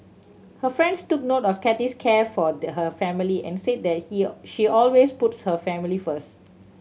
her friends took note of Kathy's care for her family and said that he she always puts her family first